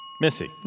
Missy